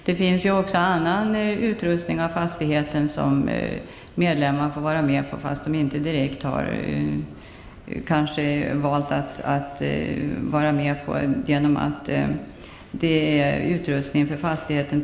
Det finns också annan utrustning av fastigheten som medlemmarna får acceptera, men som de inte direkt har valt att vara med på, eftersom det rör sig om den totala utrustningen för fastigheten.